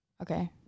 Okay